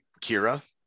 Kira